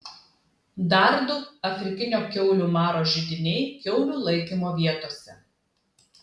dar du afrikinio kiaulių maro židiniai kiaulių laikymo vietose